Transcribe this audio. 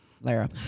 Lara